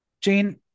Jane